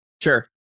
Sure